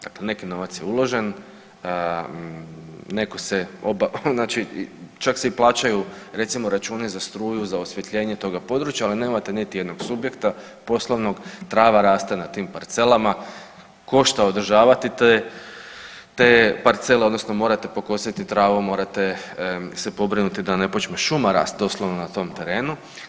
Dakle, neki novac je uložen, čak se i plaćaju recimo računi za struju, za osvjetljenje toga područja, ali nemate niti jednog subjekta poslovnog, trava raste na tim parcelama, košta održavati te parcele odnosno morate pokositi travu, morate se pobrinuti da ne počne šuma rast doslovno na tom terenu.